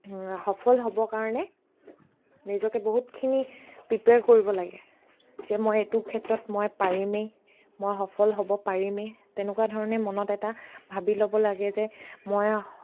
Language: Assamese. সফল হ'বৰ কাৰণে নিজকে বহুতখিনি প্ৰিপেয়াৰ কৰিব লাগে যে মই এইটো ক্ষেত্ৰত মই পাৰিমেই মই সফল হ'ব পাৰিমেই তেনেকুৱা ধৰণে মনত এটা ভাবি ল'ব লাগে যে মই